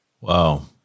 Wow